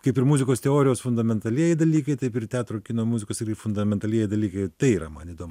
kaip ir muzikos teorijos fundamentalieji dalykai taip ir teatro kino muzikos yra fundamentalieji dalykai tai yra man įdomu